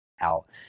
out